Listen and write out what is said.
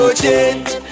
change